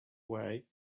way